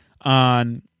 on